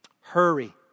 Hurry